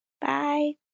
Bye